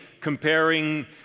comparing